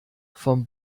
vom